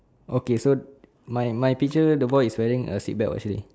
okay so my my picture the boy is wearing a seatbelt actually